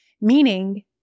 meaning